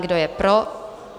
Kdo je pro?